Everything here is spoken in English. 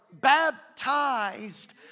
baptized